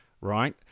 right